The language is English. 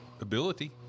ability